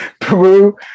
peru